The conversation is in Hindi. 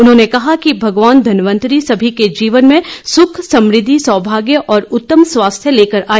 उन्होंने कहा है भगवान धनवंतरी सभी के जीवन में सुख समृद्धि सौभाग्य और उत्तम स्वास्थ्य लेकर आए